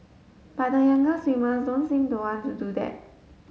but the younger swimmers don't seem to want to do that